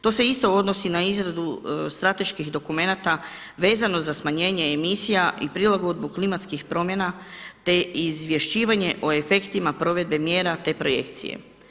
To se isto odnosi na izradu strateških dokumenata vezano za smanjenje emisija i prilagodbu klimatskih promjena, te izvješćivanje o efektima provedbe mjera, te projekcije.